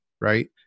Right